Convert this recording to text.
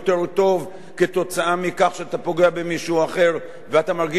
מכך שאתה פוגע במישהו אחר ואתה מרגיש שאתה כאילו שווה יותר.